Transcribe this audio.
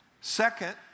Second